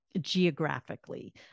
geographically